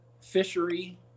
fishery